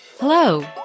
Hello